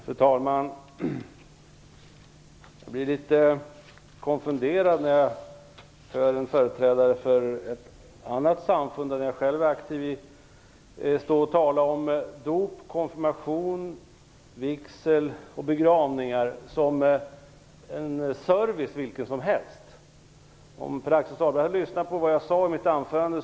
Fru talman! Jag blir litet konfunderad när jag hör en företrädare för ett annat samfund än det jag själv är aktiv i tala om dop, konfirmation, vigsel och begravningar som exempel på service, vilken som helst. Pär Axel Sahlberg tycks inte ha lyssnat till vad jag sade i mitt anförande.